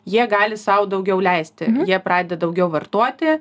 jie gali sau daugiau leisti jie pradeda daugiau vartoti